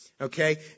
Okay